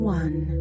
one